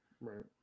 right